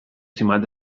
simat